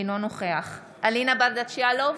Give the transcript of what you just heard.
אינו נוכח אלינה ברדץ' יאלוב,